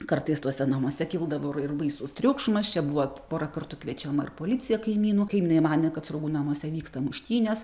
kartais tuose namuose kildavo ir ir baisus triukšmas čia buvo pora kartų kviečiama ir policija kaimynų kaimynai manė kad sruogų namuose vyksta muštynės